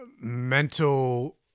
mental